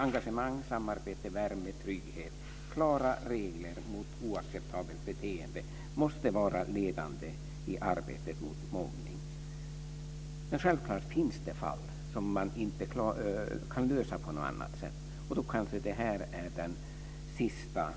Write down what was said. Engagemang, samarbete, värme, trygghet och klara regler mot oacceptabelt beteende måste vara vägledande i arbetet mot mobbning. Men självklart finns det fall som man inte kan lösa på något annat sätt. Då kanske det här är den sista